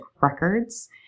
records